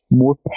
more